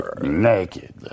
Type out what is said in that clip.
Naked